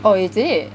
oh is it